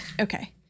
Okay